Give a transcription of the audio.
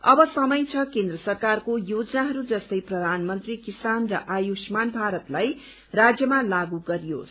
अब समय छ केन्द्र सरकारको योजनाहरू जस्तै प्रधानमन्त्री किसान र आयुष्मान भारतलाई राज्यमा लागू गरियोस